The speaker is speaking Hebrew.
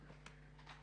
הישיבה